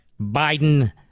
Biden